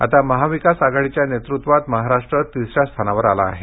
आता महाविकास आघाडीच्या नेतृत्वात महाराष्ट्र तिसऱ्या स्थानावर आला आहे